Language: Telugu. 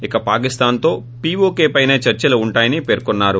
ఇక పాకిస్తాన్తో పీఓకే పైనే చర్చలు ఉంటాయని పేర్కొన్సారు